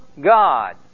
God